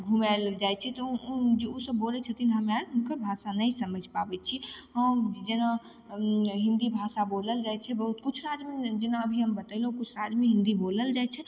घुमय लए जाइ छी तऽ उ जे उसब बोलय छथिन हमे आर हुनकर भाषा नहि समैझ पाबय छियै हम जेना हिन्दी भाषा बोलल जाइ छै बहुत किछु राज्यमे जेना अभी हम बतेलहुँ किछु राज्यमे हिन्दी बोलल जाइ छै